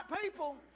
people